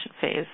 phase